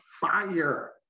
fire